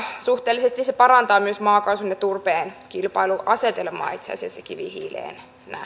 suhteellisesti se parantaa myös maakaasun ja turpeen kilpailuasetelmaa itse asiassa kivihiileen nähden